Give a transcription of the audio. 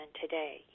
today